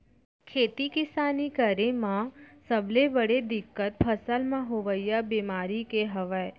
खेती किसानी करे म सबले बड़े दिक्कत फसल म होवइया बेमारी के हवय